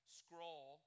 scroll